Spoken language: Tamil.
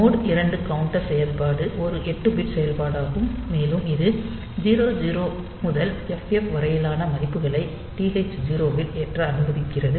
மோட் 2 கவுண்டர் செயல்பாடு ஒரு 8 பிட் செயல்பாடாகும் மேலும் இது 00 முதல் ff வரையிலான மதிப்புகளை TH 0 இல் ஏற்ற அனுமதிக்கிறது